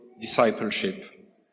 discipleship